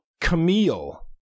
Camille